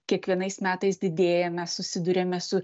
kiekvienais metais didėja mes susiduriame su